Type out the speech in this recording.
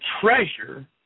treasure